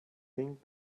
think